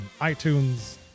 iTunes